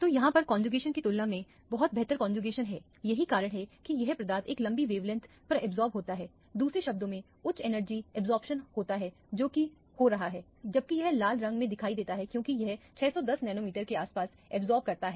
तो यह पार कौनजुकेशन की तुलना में बहुत बेहतर कौनजुकेशन है यही कारण है कि यह पदार्थ एक लम्बी वेवलेंथ पर अब्जॉर्ब होता है दूसरे शब्दों में उच्च ऊर्जा अब्जॉर्बशन होता है जो कि हो रहा है जबकि यह लाल रंग में दिखाई देता है क्योंकि यह 610 नैनोमीटर के आसपास अब्जॉर्ब करता है